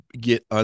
get